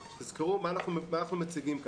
תזכרו מה אנחנו מציגים כאן.